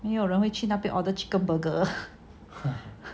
没有人会去那边 order chicken burger